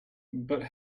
but